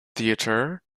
theatre